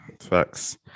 Facts